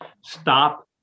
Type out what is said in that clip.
Stop